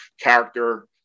character